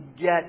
get